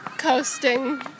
coasting